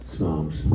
Psalms